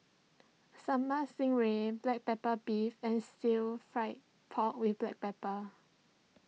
Sambal Stingray Black Pepper Beef and Stir Fry Pork with Black Pepper